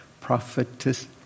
prophets